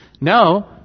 No